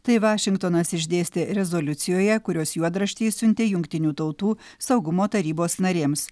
tai vašingtonas išdėstė rezoliucijoje kurios juodraštį išsiuntė jungtinių tautų saugumo tarybos narėms